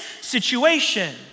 situation